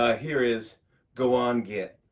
ah here is go on, git.